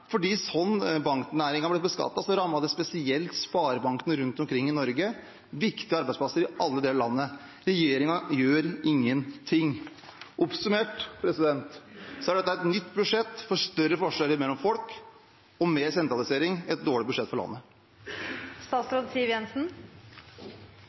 fordi slik banknæringen ble beskattet, rammet det spesielt sparebankene rundt omkring i Norge – viktige arbeidsplasser i alle deler av landet. Regjeringen gjør ingenting. Oppsummert er dette et nytt budsjett for større forskjeller mellom folk og mer sentralisering – et dårlig budsjett for landet.